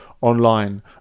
online